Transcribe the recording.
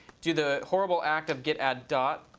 do the horrible act of git add dot.